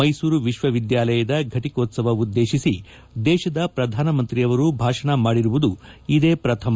ಮೈಸೂರು ವಿಶ್ವವಿದ್ಲಾನಿಲಯದ ಘಟಕೋತ್ತವ ಉದ್ದೇಶಿಸಿ ದೇಶದ ಪ್ರಧಾನಮಂತ್ರಿ ಭಾಷಣ ಮಾಡಿರುವುದು ಇದೇ ಪ್ರಥಮ